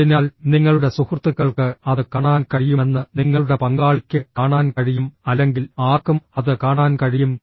അതിനാൽ നിങ്ങളുടെ സുഹൃത്തുക്കൾക്ക് അത് കാണാൻ കഴിയുമെന്ന് നിങ്ങളുടെ പങ്കാളിക്ക് കാണാൻ കഴിയും അല്ലെങ്കിൽ ആർക്കും അത് കാണാൻ കഴിയും